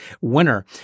winner